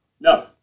No